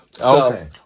okay